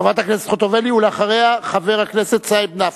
חברת הכנסת חוטובלי, ואחריה, חבר הכנסת סעיד נפאע.